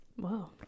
Wow